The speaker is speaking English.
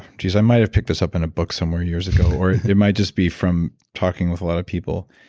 geez, i might have picked this up in a book somewhere years ago or it might just be from talking with a lot of people,